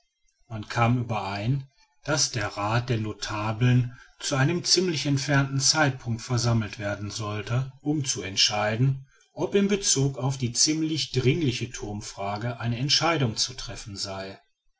man kam überein daß der rath der notabeln zu einem ziemlich entfernten zeitpunkt versammelt werden sollte um zu entscheiden ob in bezug auf die ziemlich dringliche thurmfrage eine entscheidung zu treffen sei